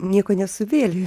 nieko nesuvėlei